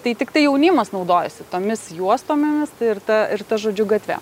tai tiktai jaunimas naudojasi tomis juostomomis ir ta ir ta žodžiu gatve